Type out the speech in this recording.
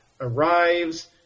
arrives